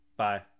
Bye